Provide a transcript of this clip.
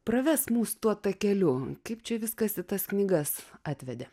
pravesk mus tuo takeliu kaip čia viskas į tas knygas atvedė